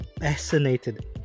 fascinated